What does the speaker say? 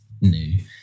new